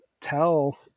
tell